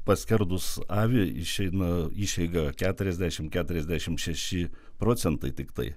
paskerdus avį išeina išeiga keturiasdešimt keturiasdešimt šeši procentai tiktai